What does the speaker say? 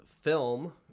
film